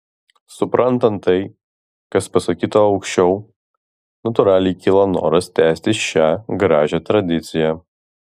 suprantant tai kas pasakyta aukščiau natūraliai kyla noras tęsti šią gražią tradiciją